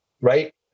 right